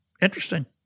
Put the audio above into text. interesting